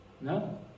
No